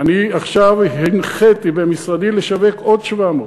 אני עכשיו הנחיתי במשרדי לשווק עוד 700,